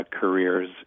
careers